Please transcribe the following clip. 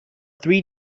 three